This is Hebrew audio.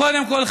קודם כול,